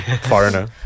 Foreigner